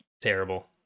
terrible